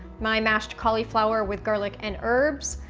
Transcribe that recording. my mashed cauliflower with garlic and herbs,